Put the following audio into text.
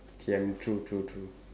okay I mean true true true